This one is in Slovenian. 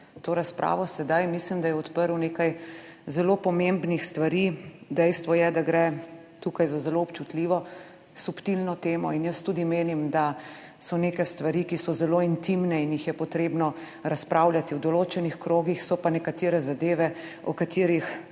to razpravo. Mislim, da je sedaj odprl nekaj zelo pomembnih stvari. Dejstvo je, da gre tukaj za zelo občutljivo, subtilno temo in jaz tudi menim, da so neke stvari, ki so zelo intimne in je o njih treba razpravljati v določenih krogih, so pa nekatere zadeve, o katerih